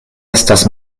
estas